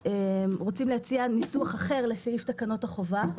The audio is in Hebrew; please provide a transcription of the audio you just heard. להציע ניסוח אחר לסעיף תקנות החובה.